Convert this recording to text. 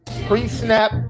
pre-snap